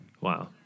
Wow